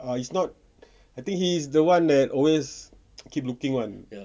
err it's not I think he's the one that always keep looking [one]